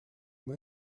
moi